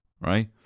right